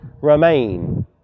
remain